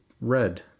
Red